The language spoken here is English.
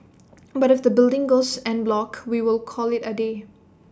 but if the building goes en bloc we will call IT A day